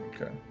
Okay